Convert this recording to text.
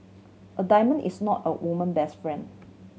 a diamond is not a woman best friend